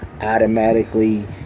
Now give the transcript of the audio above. automatically